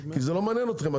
כי זה לא מעניין אתכם.